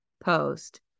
post